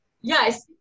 Yes